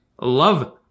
Love